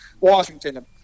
Washington –